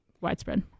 widespread